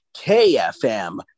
KFM